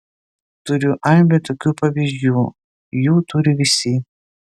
turiu aibę tokių pavyzdžių jų turi visi